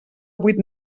vuit